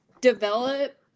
develop